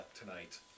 tonight